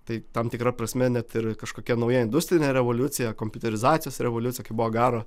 tai tam tikra prasme net ir kažkokia nauja industrinė revoliucija kompiuterizacijos revoliucija kaip buvo garo